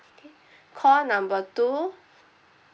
okay call number two